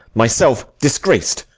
myself disgrac'd,